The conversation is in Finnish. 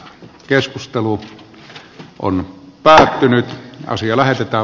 keskustelua on päätynyt asia lähetetään